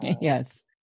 Yes